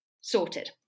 sorted